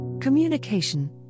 Communication